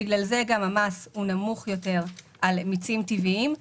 בגלל זה המס נמוך יותר על מיצים טבעיים.